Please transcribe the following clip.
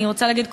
אני רוצה להגיד,